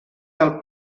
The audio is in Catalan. del